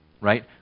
right